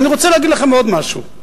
ואני רוצה להגיד לכם עוד משהו,